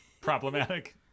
problematic